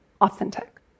authentic